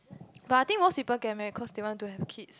but I think most people get married cause they want to have kid